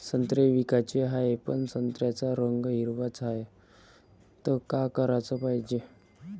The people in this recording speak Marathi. संत्रे विकाचे हाये, पन संत्र्याचा रंग हिरवाच हाये, त का कराच पायजे?